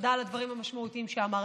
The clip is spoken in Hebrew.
ותודה על הדברים המשמעותיים שאמרת.